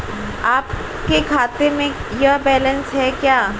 आपके खाते में यह बैलेंस है क्या?